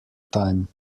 time